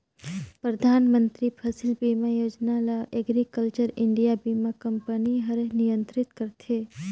परधानमंतरी फसिल बीमा योजना ल एग्रीकल्चर इंडिया बीमा कंपनी हर नियंत्रित करथे